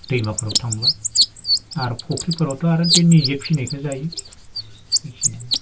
दैमाफोराव थांब्ला आर फुख्रिफोरावथ' आरो बे निजे फिनायखौ जायो बेखिनियानो